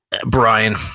Brian